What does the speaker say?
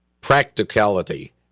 practicality